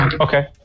Okay